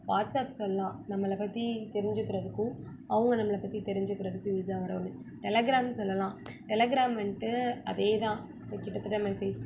WhatsApp சொல்லாம் நம்மளை பற்றி தெரிஞ்சுக்கிறதுக்கும் அவங்க நம்மளை பற்றி தெரிஞ்சுக்கிறதுக்கு யூஸ் ஆகிற ஒன்று டெலிக்ராமும் சொல்லலாம் டெலக்ராம் வந்துட்டு அதேதான் கிட்டதட்ட மெசேஜ்